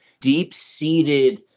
deep-seated